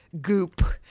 goop